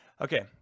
okay